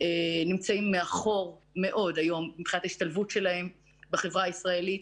נמצאים מאחור מאוד היום מבחינת ההשתלבות שלהם בחברה הישראלית.